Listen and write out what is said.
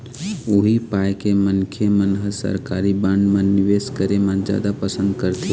उही पाय के मनखे मन ह सरकारी बांड म निवेस करे म जादा पंसद करथे